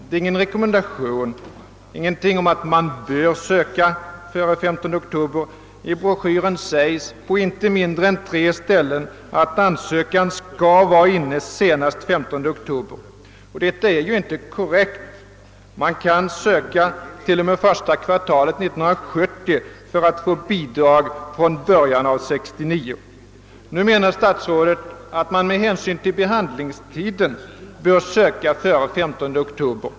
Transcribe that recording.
Det var ingen rekommendation att man bör söka före den 15 oktober. I broschyren anges på inte mindre än tre ställen att ansökan skall vara inne senast den 15 oktober. Detta är inte korrekt. Man kan söka bidrag t.o.m. det första kvartalet 1970 för att få ut bidrag från början av 1969. Nu menar statsrådet att man med hänsyn till be handlingstiden borde ha sökt före den 13 oktober.